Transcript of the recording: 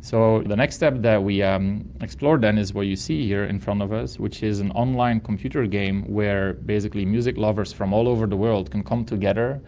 so the next step that we um explored then is what you see here in front of us, which is an online computer game where basically music lovers from all over the world can come together